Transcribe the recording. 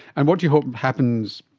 and what do you hope happens?